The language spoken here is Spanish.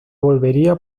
volvería